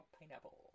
pineapple